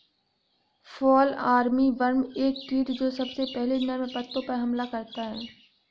fall armyworm एक कीट जो सबसे पहले नर्म पत्तों पर हमला करता है